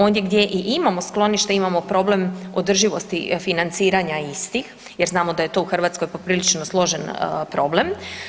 Ondje gdje i imamo sklonište imamo problem održivosti financiranja istih jer znamo da je to u Hrvatskoj poprilično složen problem.